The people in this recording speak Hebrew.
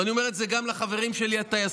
ואני אומר את זה גם לחברים שלי הטייסים: